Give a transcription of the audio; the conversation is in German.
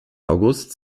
august